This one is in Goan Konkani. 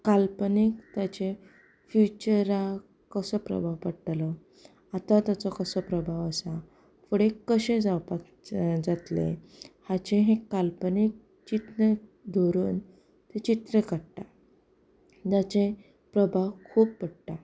काल्पनीक ताचे फ्युचराक कसो प्रभाव पडटलो आतां ताचो कसो प्रभाव आसा फुडें कशें जावपाक जाय जातलें हाचें हें काल्पनीक जितलें धरून तें चित्र काडटा जाचे प्रभाव खूब पडटा